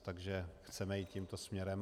Takže chceme jít tímto směrem.